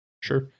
Sure